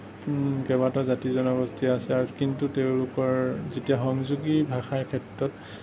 কেইবাটাও জাতি জনগোষ্ঠী আছে আৰু কিন্তু তেওঁলোকৰ যেতিয়া সংযোগী ভাষাৰ ক্ষেত্ৰত